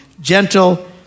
gentle